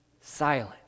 silent